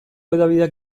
hedabideak